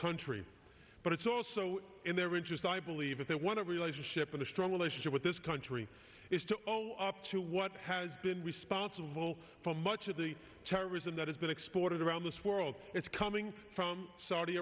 country but it's all so in their interest i believe that there was a relationship and a strong relationship with this country is to all up to what has been responsible for much of the terrorism that has been exported around this world it's coming from saudi